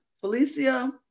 Felicia